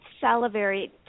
salivary